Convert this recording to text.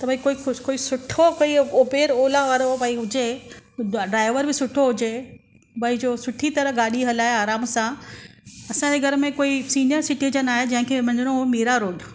त भई कोई कुझु कोई सुठो कोई उबेर ओला वारो भाई हुजे ड्रायवर बि सुठो हुजे भाई जो सुठी तरह गाॾी हलाए आराम सां असांजे घर में कोई सिनिअर सिटिजन आहे जंहिंखे वञिणो हुओ मीरा रोड